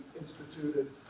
instituted